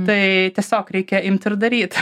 tai tiesiog reikia imt ir daryt